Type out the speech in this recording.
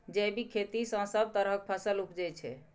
जैबिक खेती सँ सब तरहक फसल उपजै छै